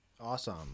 awesome